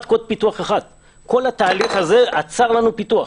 קוד פיתוח 1. כל התהליך הזה עצר לנו פיתוח.